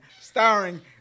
starring